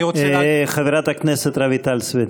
חברת הכנסת רויטל סויד,